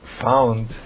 found